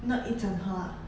那一整盒啊